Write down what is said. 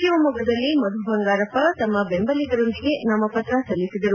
ಶಿವಮೊಗ್ಗದಲ್ಲಿ ಮಧುಬಂಗಾರಪ್ಪ ತಮ್ಮ ಬೆಂಬಲಿಗರೊಂದಿಗೆ ನಾಮಪತ್ರ ಸಲ್ಲಿಸಿದರು